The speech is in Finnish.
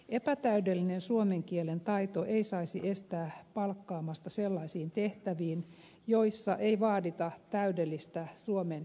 epätäydellinen suomen kielen taito ei saisi estää palkkaamasta sellaisiin tehtäviin joissa ei vaadita täydellistä suomen kielen taitoa